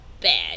bad